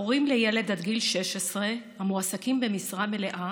הורים לילד עד גיל 16 המועסקים במשרה מלאה